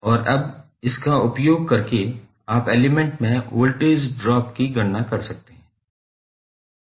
और अब इसका उपयोग करके आप एलिमेंट में वोल्टेज ड्रॉप की गणना कर सकते हैं